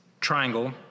triangle